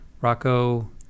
rocco